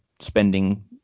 spending